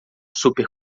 super